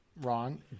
wrong